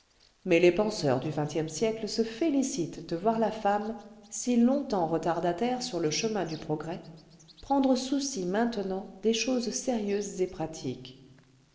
mais les penseurs du xxe siècle se félicitent de voir la femme si longtemps retardataire sur le chemin clu progrès prendre souci maintenant des choses sérieuses et pratiques